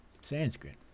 Sanskrit